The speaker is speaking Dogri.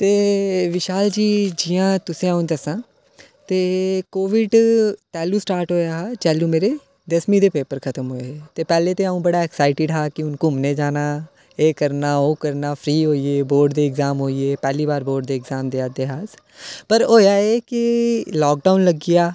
ते विशाल जी जि'यां तुसें अ'ऊं दस्सां ते कोविड तैह्लूं स्टार्ट होएआ हा जैह्लूं मेरे दसमीं दे पेपर खत्म होए हे ते पैह्लें ते अ'ऊं बड़ा ऐक्साइटेड हा कि घुम्मने गी जाना एह् करना ओह् करना फ्री होइयै बोर्ड दे एग्जाम होइये पैह्ली बारी बोर्ड देआ दे हे अस पर होएआ एह् कि लाकडाऊन लग्गी गेआ